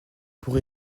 pour